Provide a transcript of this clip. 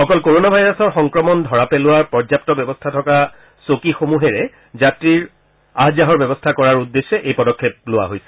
অকল কৰণা ভাইৰাছৰ সংক্ৰামণ ধৰা পেলোৱা পৰ্যাপ্ত ব্যৱস্থা থকা চকীসমূহেৰে যাত্ৰীৰ আহ যাহৰ ব্যৱস্থা কৰাৰ উদ্দেশ্যে এই পদক্ষেপ লোৱা হৈছে